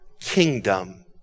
kingdom